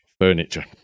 furniture